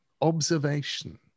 observation